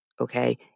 Okay